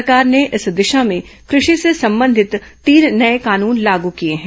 सरकार ने इस दिशा में कृषि से संबंधित तीन नए कानून लागू किए हैं